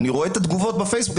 אני רואה את התגובות בפייסבוק.